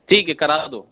ٹھیک ہے کرا دو